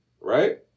Right